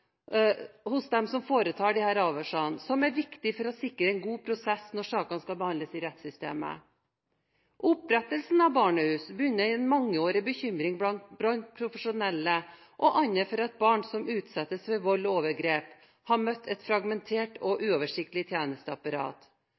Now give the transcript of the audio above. hos dem som foretar disse avhørene, som er viktig for å sikre en god prosess når sakene skal behandles i rettssystemet. Opprettelsen av barnehus bunner i en mangeårig bekymring blant profesjonelle og andre for at barn som utsettes for vold og overgrep, har møtt et fragmentert og uoversiktlig tjenesteapparat,